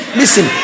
listen